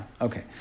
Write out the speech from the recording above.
Okay